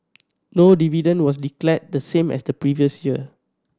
no dividend was declared the same as the previous year